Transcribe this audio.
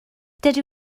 dydw